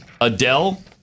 Adele